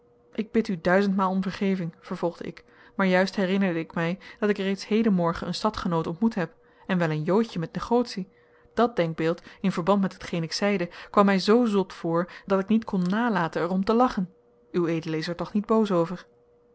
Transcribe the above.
ik bid u duizendmaal om vergeving vervolgde ik maar juist herinnerde ik mij dat ik reeds hedenmorgen een stadgenoot ontmoet heb en wel een joodje met negotie dat denkbeeld in verband met hetgeen ik zeide kwam mij zoo zot voor dat ik niet kon nalaten er om te lachen ued is er toch niet boos over